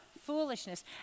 foolishness